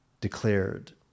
declared